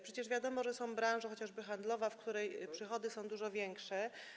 Przecież wiadomo, że są branże, jak chociażby handlowa, w których przychody są dużo większe.